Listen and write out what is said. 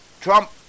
Trump